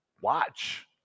watch